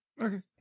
Okay